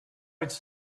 it’s